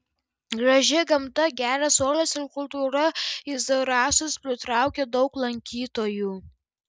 graži gamta geras oras ir kultūra į zarasus pritraukė daug lankytojų